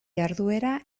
jarduera